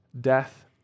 Death